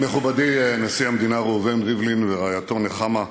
מכובדי נשיא המדינה ראובן ריבלין ורעייתו נחמה,